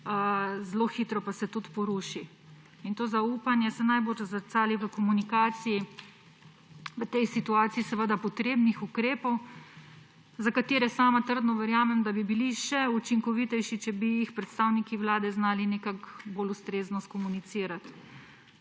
zelo hitro pa se poruši. To zaupanje se najbolj zrcali v komunikaciji v tej situaciji potrebnih ukrepov, za katere sama trdno verjamem, da bi bili še učinkovitejši, če bi jih predstavniki vlade znali nekako bolj ustrezno skomunicirati.